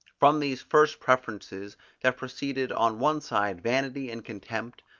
from these first preferences there proceeded on one side vanity and contempt,